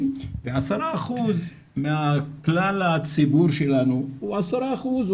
ועשרה אחוז מהכלל הציבור שלנו הוא עשרה אחוז,